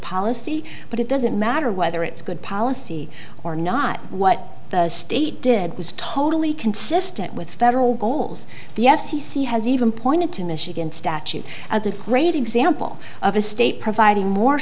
policy but it doesn't matter whether it's good policy or not what the state did was totally consistent with federal goals the f c c has even pointed to michigan statute as a great example of a state providing more